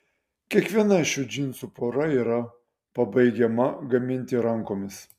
kiekviena šių džinsų pora yra pabaigiama gaminti rankomis